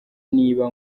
niba